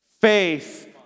Faith